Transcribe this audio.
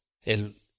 el